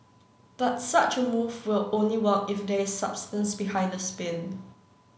but such a move will only work if there is substance behind the spin